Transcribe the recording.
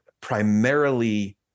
primarily